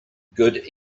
good